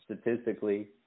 statistically